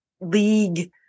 League